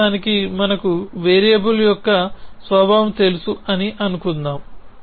ప్రస్తుతానికి మనకు వేరియబుల్ యొక్క స్వభావం తెలుసు అని అనుకుందాం